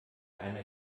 einer